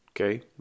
Okay